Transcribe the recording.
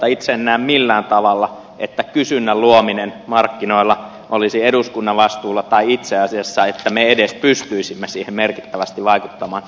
itse en näe millään tavalla että kysynnän luominen markkinoilla olisi eduskunnan vastuulla tai itse asiassa että me edes pystyisimme siihen merkittävästi vaikuttamaan